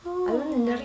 oh